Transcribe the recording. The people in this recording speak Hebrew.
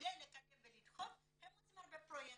כדי לקדם ולדחוף הם עושים הרבה פרויקטים.